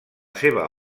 seva